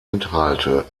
inhalte